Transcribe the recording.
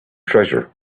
treasure